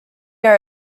are